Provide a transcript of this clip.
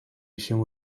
się